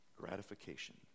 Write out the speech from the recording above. gratification